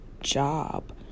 job